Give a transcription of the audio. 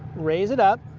raise it up,